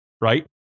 right